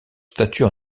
statut